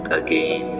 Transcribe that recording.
again